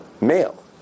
male